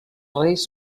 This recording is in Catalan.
reis